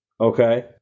okay